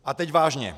A teď vážně.